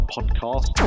Podcast